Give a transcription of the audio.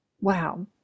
wow